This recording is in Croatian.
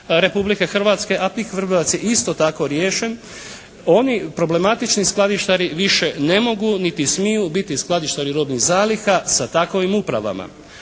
Republike Hrvatske, a PIK Vrbovac je isto tako riješen. Oni problematični skladištari više ne mogu niti smiju biti skladištari robnih zaliha sa takovim upravama.